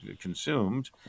consumed